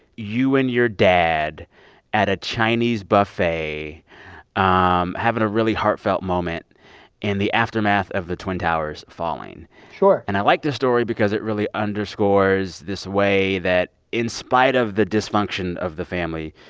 you and your dad at a chinese buffet um having a really heartfelt moment in and the aftermath of the twin towers falling sure and i like this story because it really underscores this way that, in spite of the dysfunction of the family,